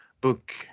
book